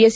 S